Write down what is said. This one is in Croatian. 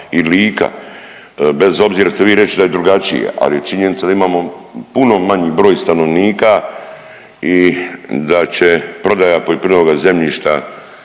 i Lika bez obzira što ćete vi reći da je drugačija, ali je činjenica da imamo puno manji broj stanovnika i da će prodaja poljoprivrednoga zemljišta